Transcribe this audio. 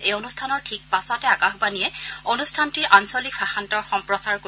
এই অনুষ্ঠানৰ ঠিক পাছতে আকাশবাণীয়ে অনুষ্ঠানটিৰ আঞ্চলিক ভাযান্তৰ সম্প্ৰচাৰ কৰিব